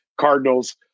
Cardinals